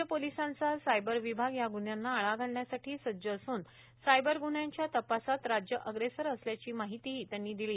राज्य पोलीसांचा सायबर विभाग या गुन्ह्यांना आळा घालण्यासाठी सण्ज असून सायबर गुन्ह्यांच्या तपासात राज्य अप्रेसर असल्याची माहितीकी त्यांनी दिली